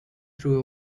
through